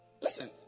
Listen